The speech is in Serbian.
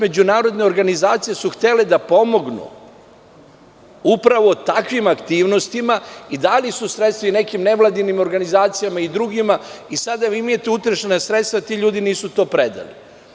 Međunarodne organizacije su htele da pomognu upravo takvim aktivnostima i dale su sredstva nekim nevladinim organizacijama i drugima i sada imate utrošena sredstva, a ti ljudi nisu to predali.